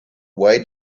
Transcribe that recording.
why